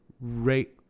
Rate